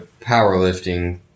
powerlifting